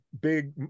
big